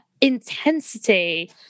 intensity